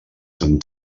sant